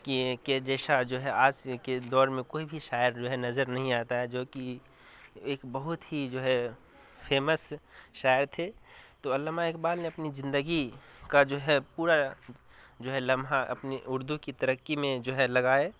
کے کے جیسا جو ہے آج کے دور میں کوئی بھی شاعر جو ہے نظر نہیں آتا ہے جو کہ ایک بہت ہی جو ہے فیمس شاعر تھے تو علامہ اقبال نے اپنی زندگی کا جو ہے پورا جو ہے لمحہ اپنے اردو کی ترقی میں جو ہے لگائے